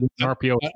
RPO